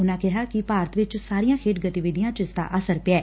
ਉਨਾਂ ਕਿਹਾ ਕਿ ਭਾਰਤ ਵਿਚ ਸਾਰੀਆਂ ਖੇਡ ਗਤੀਵਿਧੀਆਂ ਚ ਇਸ ਦਾ ਅਸਰ ਪਿਐ